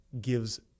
gives